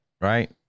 right